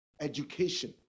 education